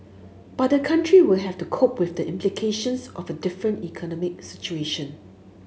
but the country will have to cope with the implications of a different economic situation